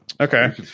Okay